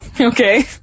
Okay